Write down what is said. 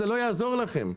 זה לא יעזור לכם.